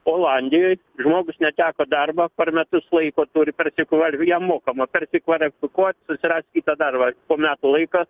olandijoj žmogus neteko darbo per metus laiko turi persikvali jam mokamas persikvalifikuot susirast kitą darbą po metų laika